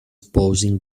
posing